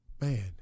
Man